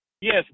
yes